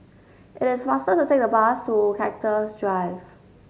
it is faster to take the bus to Cactus Drive